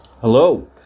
Hello